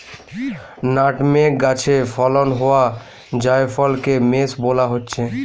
nutmeg গাছে ফলন হোয়া জায়ফলকে মেস বোলা হচ্ছে